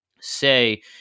say